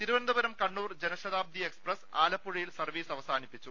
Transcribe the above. Thiruvananthapuram Kannur Janshatabdi express ആലപ്പുഴയിൽ service അവസാനിപ്പിച്ചു